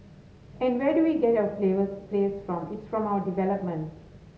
and where do we get our players plays from it's from our development